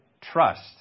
trust